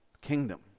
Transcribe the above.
Kingdom